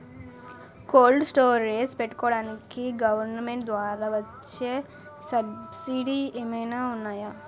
Cold storage పెట్టుకోడానికి government ద్వారా వచ్చే సబ్సిడీ ఏమైనా ఉన్నాయా?